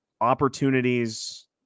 opportunities